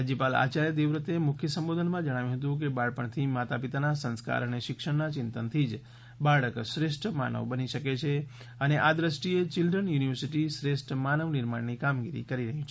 રાજ્યપાલ આચાર્ય દેવવ્રતે મુખ્ય સંબોધનમાં જણાવ્યું હતું કે બાળપણથી માતા પિતાના સંસ્કાર અને શિક્ષણના ચિંતનથી જ બાળક શ્રેષ્ઠ માનવ બની શકે છે અને આ દ્રષ્ટિએ ચિલ્ડ્રન યુનિવર્સિટી શ્રેષ્ઠ માનવ નિર્માણની કામગીરી કરી રહી છે